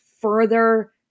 further